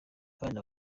abana